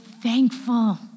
thankful